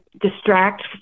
distract